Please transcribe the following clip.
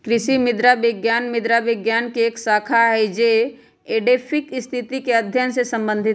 कृषि मृदा विज्ञान मृदा विज्ञान के एक शाखा हई जो एडैफिक स्थिति के अध्ययन से संबंधित हई